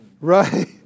Right